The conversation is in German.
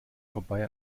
vorbei